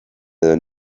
edo